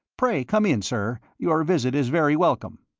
pray come in, sir your visit is very welcome.